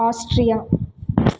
Austria